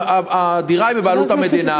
הדירה היא בבעלות המדינה.